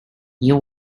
you